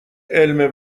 علم